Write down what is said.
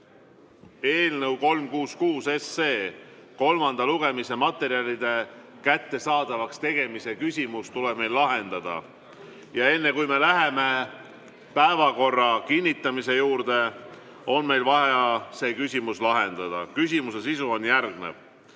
eelnõu 366 kolmanda lugemise materjalide kättesaadavaks tegemise küsimus. Enne kui me läheme päevakorra kinnitamise juurde, on meil vaja see küsimus lahendada. Küsimuse sisu on järgnev.